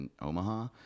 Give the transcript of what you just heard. Omaha